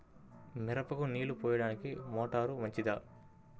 మిరపకు నీళ్ళు పోయడానికి మోటారు మంచిదా?